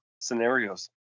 scenarios